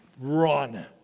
run